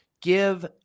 give